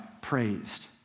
praised